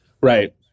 Right